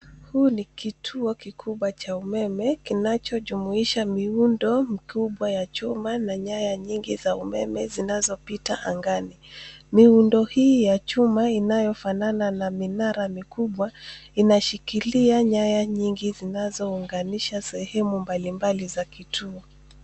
Huu ni kituo kikubwa cha umeme kinacho jumuisha miundo mkubwa ya chuma na nyaya nyingi za umeme zinazopita angani, miundo hii ya chuma inayofanana na minari mkubwa anashikilia nyaya nyingi zinazounganisha sehemu mbali mbali za kituo.